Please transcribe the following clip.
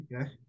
okay